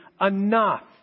enough